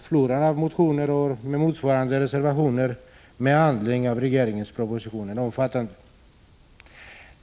Floran av motioner och åtföljande reservationer med anledning av regeringens proposition har därför blivit omfattande.